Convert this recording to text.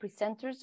presenters